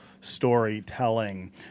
storytelling